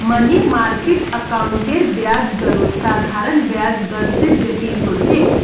money market अकाउंटेर ब्याज दरो साधारण ब्याज दर से जटिल होचे